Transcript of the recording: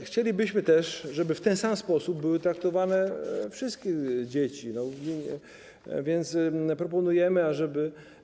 Chcielibyśmy też, żeby w ten sam sposób były traktowane wszystkie dzieci, więc proponujemy, ażeby.